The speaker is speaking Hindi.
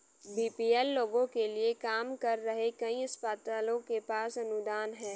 बी.पी.एल लोगों के लिए काम कर रहे कई अस्पतालों के पास अनुदान हैं